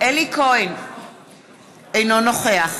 אינו נוכח